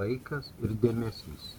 laikas ir dėmesys